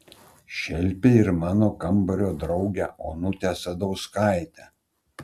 šelpė ir mano kambario draugę onutę sadauskaitę